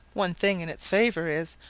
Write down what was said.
one thing in its favour is,